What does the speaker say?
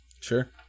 sure